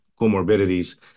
comorbidities